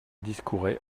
discourait